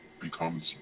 becomes